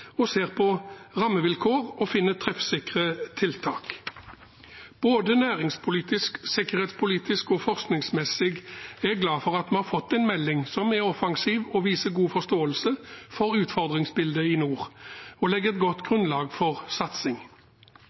og ser på rammevilkår og finner treffsikre tiltak. Både næringspolitisk, sikkerhetspolitisk og forskningsmessig er jeg glad for at vi har fått en melding som er offensiv, viser god forståelse for utfordringsbildet i nord og legger et godt grunnlag for satsing.